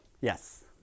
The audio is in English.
Yes